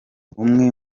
umwe